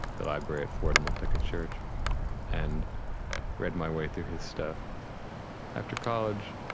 the library at fordham looked like a church and read my way through his stuff after college,